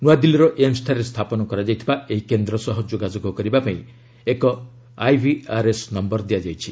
ନୂଆଦିଲ୍ଲୀର ଏମସ୍ ଠାରେ ସ୍ଥାପନ କରାଯାଇଥିବା ଏହି କେନ୍ଦ୍ର ସହ ଯୋଗାଯୋଗ କରିବା ପାଇଁ ଏକ ଆଇଭିଆର୍ଏସ୍ ନମ୍ଭର ଦିଆଯାଇଛି